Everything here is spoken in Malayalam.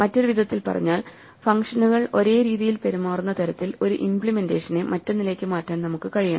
മറ്റൊരു വിധത്തിൽ പറഞ്ഞാൽ ഫംഗ്ഷനുകൾ ഒരേ രീതിയിൽ പെരുമാറുന്ന തരത്തിൽ ഒരു ഇമ്പ്ലിമെന്റേഷനെ മറ്റൊന്നിലേക്ക് മാറ്റാൻ നമുക്ക് കഴിയണം